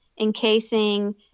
encasing